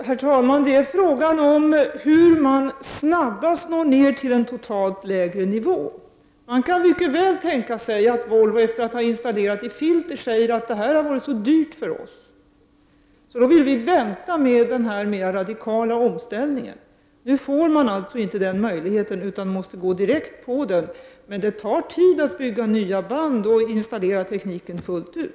Herr talman! Det är fråga om hur man snabbast når ner till en totalt lägre nivå. Det går mycket väl att tänka sig att Volvo efter att ha installerat filter säger att detta har varit så dyrt för företaget att man vill vänta med den mera radikala omställningen. Nu får Volvo alltså inte den möjligheten, utan måste övergå direkt till den nya tekniken. Men det tar tid att bygga nya band och installera in tekniken fullt ut.